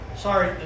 Sorry